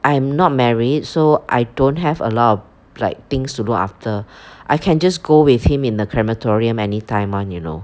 I am not married so I don't have a lot of like things to do after I can just go with him in the crematorium anytime [one] you know